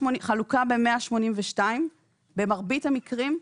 חלוקה ב-182 במרבית המקרים,